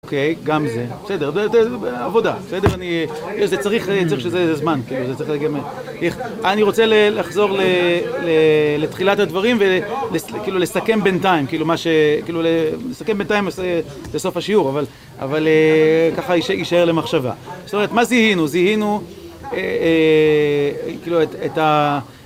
אוקיי, גם זה, בסדר, זה עבודה, בסדר, זה צריך, זה צריך לזה זמן, אני רוצה לחזור לתחילת הדברים ולסכם בינתיים, כאילו, לסכם בינתיים זה סוף השיעור, אבל ככה יישאר למחשבה. זאת אומרת מה זיהינו? זיהינו, כאילו, את ה...